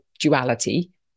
duality